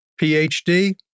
PhD